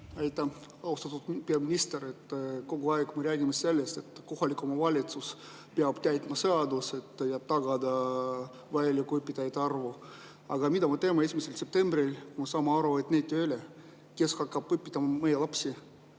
Aitäh! Austatud peaminister! Kogu aeg me räägime sellest, et kohalik omavalitsus peab täitma seaduseid ja tagama vajaliku õpetajate arvu. Aga mida me teeme 1. septembril, kui me saame aru, et neid ei ole? Kes hakkab õpetama meie lapsi,